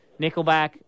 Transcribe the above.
Nickelback